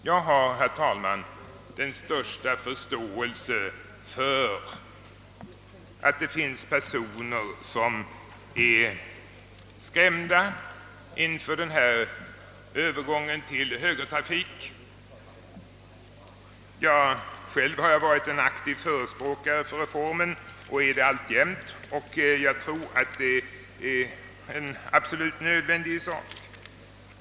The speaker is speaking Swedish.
Jag har, herr talman, den största förståelse för att det finns personer som är skrämda inför övergången till högertrafik. Själv har jag varit en aktiv förespråkare för reformen, och det är jag alltjämt, ty jag tror att det är en nödvändig sak.